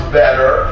better